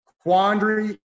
Quandary